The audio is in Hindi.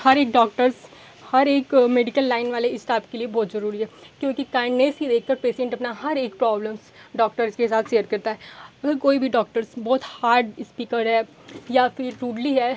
हर एक डॉक्टर्स हर एक मेडिकल लाइन वाले इस्टाफ के लिए बहुत जरूरी है क्योंकि काइन्डनेस ही देखकर पेसेन्ट अपना हर एक प्रॉब्लम्स डॉक्टर्स के साथ सेयर करता है अगर कोई भी डॉक्टर्स बहुत हार्ड इस्पीकर है या फिर रूडली है